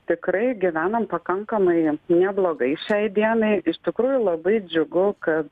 tikrai gyvenam pakankamai neblogai šiai dienai iš tikrųjų labai džiugu kad